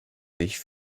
sich